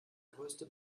größte